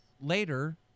later